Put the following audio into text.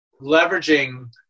leveraging